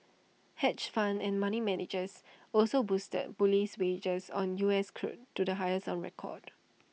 hedge funds and money managers also boosted bullish wagers on U S crude to the highest on record